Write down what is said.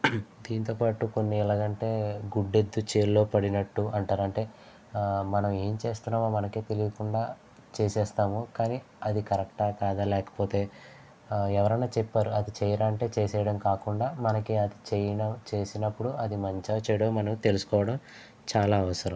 దీనితో పాటు కొన్ని ఎలాగంటే గుడ్డి ఎద్దు వచ్చి చేనిలో పడినట్టు అంటారు అంటే మనం ఏమి చేస్తున్నామో మనకే తెలియకుండా చేసేస్తాము కానీ అది కరెక్టా కాదా లేకపోతే ఎవరైనా చెప్పారు అది చేయరా అంటే చేసేయడం కాకుండా మనకి అది చేయడం చేసినప్పుడు అది మంచో చెడో మనం తెలుసుకోవడం మనకి చాలా అవసరం